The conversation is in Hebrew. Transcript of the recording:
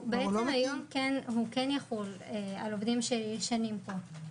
היום הוא כן יחול על עובדים שישנים פה.